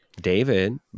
david